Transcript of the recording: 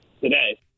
today